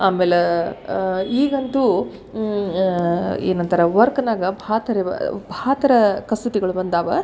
ಆಮೇಲೆ ಈಗಂತೂ ಏನಂತಾರ ವರ್ಕ್ನಾಗ ಭಾಳ ಥರ ವ ಭಾಳ ಥರ ಕಸೂತಿಗಳು ಬಂದಾವೆ